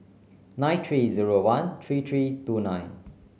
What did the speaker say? nine three zero one three three two nine